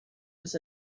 was